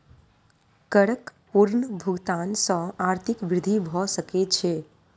करक पूर्ण भुगतान सॅ आर्थिक वृद्धि भ सकै छै